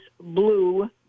blue